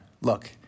look